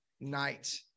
night